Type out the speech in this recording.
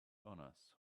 honors